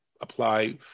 apply